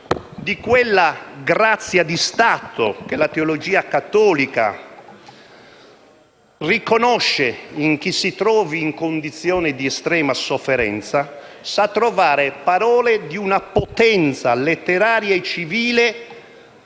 di quella grazia di stato che la teologia cattolica riconosce in chi si trovi in condizioni di estrema sofferenza, sa trovare parole di una potenza letteraria e civile